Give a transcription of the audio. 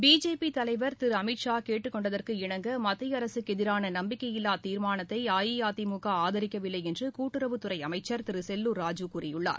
BJP தலைவர் திரு அமித்ஷா கேட்டுக் கொண்டதற்கிணங்க மத்திய அரசுக்கு எதிரான நம்பிக்கையில்லா தீாமானத்தை அஇஅதிமுக ஆதரிக்கவில்லை என்று கூட்டுறவுத்துறை அமைச்சா் திரு செல்லூர்ராஜு கூறியுள்ளார்